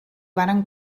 varen